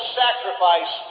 sacrifice